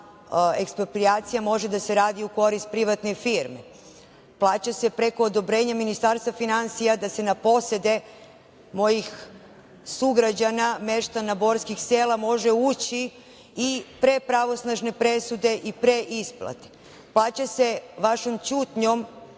eksproprijacija može da se radi u korist privatne firme, plaća se preko odobrenja Ministarstva finansija da se na posede mojih sugrađana, meštana borskih sela može ući i pre pravosnažne presude i pre isplate, plaća se vašom ćutnjom,